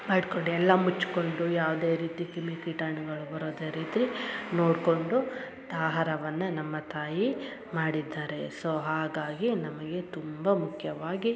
ಮಾಡ್ಕೊಂಡು ಎಲ್ಲ ಮುಚ್ಕೊಂಡು ಯಾವುದೇ ರೀತಿ ಕ್ರಿಮಿ ಕೀಟಾಣುಗಳು ಬರೋದ ರೀತ್ರಿ ನೋಡ್ಕೊಂಡು ತಾ ಆಹಾರವನ್ನ ನಮ್ಮ ತಾಯಿ ಮಾಡಿದ್ದಾರೆ ಸೊ ಹಾಗಾಗಿ ನಮಗೆ ತುಂಬ ಮುಖ್ಯವಾಗಿ